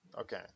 Okay